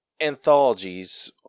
anthologies